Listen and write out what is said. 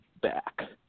back